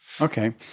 Okay